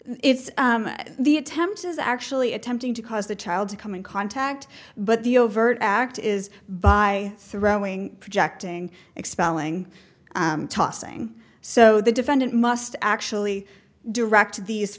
if the attempt is actually attempting to cause the child to come in contact but the overt act is by throwing projecting expelling tossing so the defendant must actually direct these